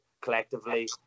collectively